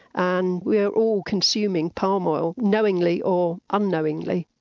and we are all consuming palm oil knowingly or unknowingly.